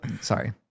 sorry